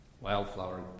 wildflower